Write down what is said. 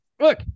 Look